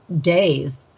days